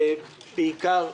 בעיקר,